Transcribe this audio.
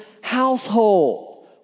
household